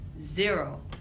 zero